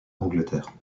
angleterre